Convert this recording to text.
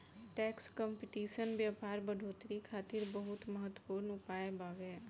tax competition व्यापार बढ़ोतरी खातिर बहुत महत्वपूर्ण उपाय बावे